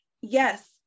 yes